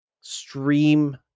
stream